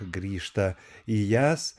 grįžta į jas